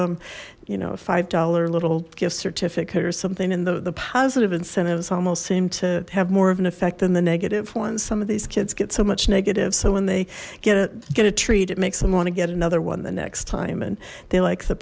them you know a five dollar little gift certificate or something and the positive incentives almost seem to have more of an effect than the negative ones some of these kids get so much negative so when they get it get a treat it makes them want to get another one the next time and they like